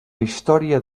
història